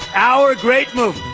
our great movement,